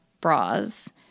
bras